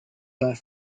that